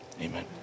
Amen